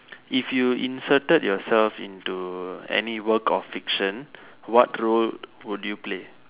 if you inserted yourself into any work of fiction what role would you play